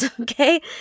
Okay